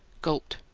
gulped,